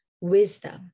wisdom